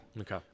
Okay